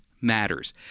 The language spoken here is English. matters